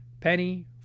Penny